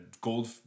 gold